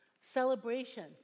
Celebration